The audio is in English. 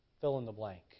fill-in-the-blank